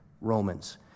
Romans